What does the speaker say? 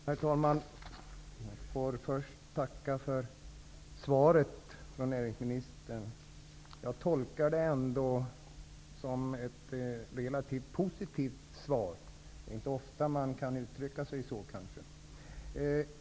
Herr talman! Först får jag tacka näringsministern för svaret. Jag tolkade det som ett relativt positivt svar. Det är kanske inte så ofta man kan uttrycka sig så.